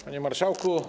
Panie Marszałku!